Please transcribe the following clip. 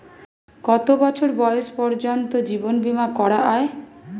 কত বছর বয়স পর্জন্ত জীবন বিমা করা য়ায়?